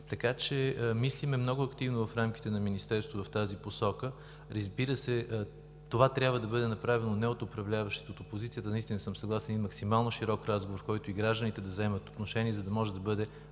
мислим много активно в тази посока. Разбира се, това трябва да бъде направено не от управляващите или от опозицията, наистина съм съгласен, и максимално широк разговор, в който и гражданите да вземат отношение, за да може да бъде